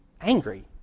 angry